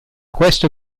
questo